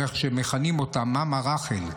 או איך שמכנים אותה מאמא רחל,